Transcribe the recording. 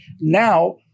Now